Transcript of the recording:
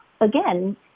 again